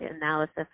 analysis